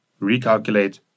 recalculate